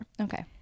Okay